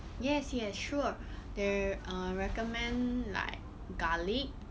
yes yes sure there are recommend like garlic